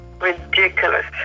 ridiculous